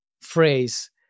phrase